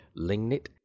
Lingnit